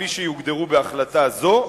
כפי שיוגדרו בהחלטה זו,